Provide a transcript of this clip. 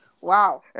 Wow